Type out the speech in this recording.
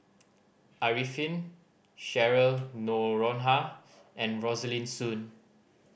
Arifin Cheryl Noronha and Rosaline Soon